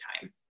time